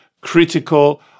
critical